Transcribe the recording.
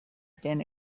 been